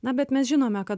na bet mes žinome kad